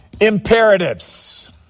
imperatives